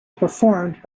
performed